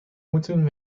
moeten